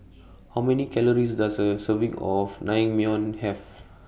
How Many Calories Does A Serving of Naengmyeon Have